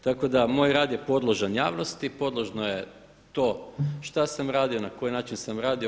Tako da moj rad je podložan javnosti, podložno je to što sam radio, na koji način sam radio.